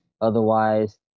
Otherwise